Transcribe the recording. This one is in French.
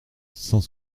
cent